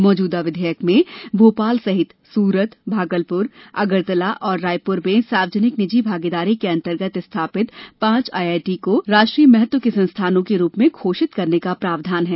मौजूदा विधेयक में भोपाल सहित सुरत भागलपुर अगरतला और रायपुर में सार्वजनिक निजी भागीदारी के अंतर्गत स्थापित पांच आईआईआईटी को राष्ट्रीय महत्व के संस्थानों के रूप में घोषित करने का प्रावधान है